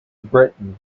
britain